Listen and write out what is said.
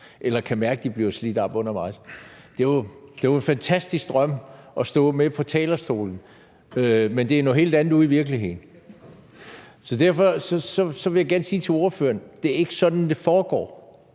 eller kan mærke, at de bliver slidt op undervejs. Det er jo en fantastisk drøm at stå med på talerstolen, men det er noget helt andet ude i virkeligheden. Så derfor vil jeg gerne sige til ordføreren: Det er ikke sådan, det foregår.